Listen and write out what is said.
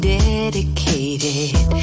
dedicated